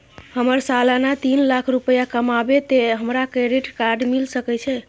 हमर सालाना तीन लाख रुपए कमाबे ते हमरा क्रेडिट कार्ड मिल सके छे?